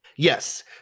Yes